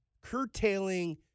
curtailing